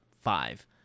five